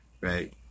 right